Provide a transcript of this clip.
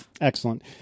Excellent